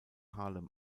harlem